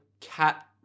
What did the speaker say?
cat